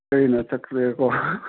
ꯑꯩꯅ ꯆꯠꯈꯔꯦꯀꯣ